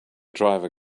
driver